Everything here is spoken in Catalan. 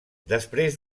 després